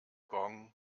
gong